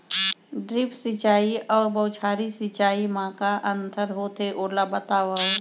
Drip सिंचाई अऊ बौछारी सिंचाई मा का अंतर होथे, ओला बतावव?